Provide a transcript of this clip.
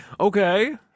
okay